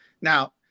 Now